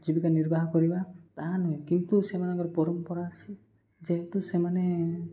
ଜୀବିକା ନିର୍ବାହ କରିବା ତାହା ନୁହେଁ କିନ୍ତୁ ସେମାନଙ୍କର ପରମ୍ପରା ଅଛି ଯେହେତୁ ସେମାନେ